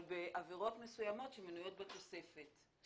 אבל בעבירות מסוימות שמנויות בתוספת.